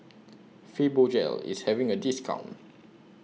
Fibogel IS having A discount